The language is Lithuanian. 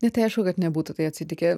ne tai aišku kad nebūtų tai atsitikę